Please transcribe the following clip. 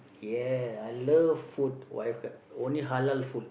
ya I love food wife only Halal food